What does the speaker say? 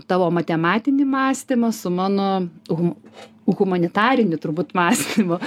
tavo matematinį mąstymą su mano hu humanitariniu turbūt mąstymu